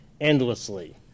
endlessly